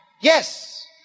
yes